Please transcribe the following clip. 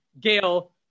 Gail